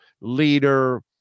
leader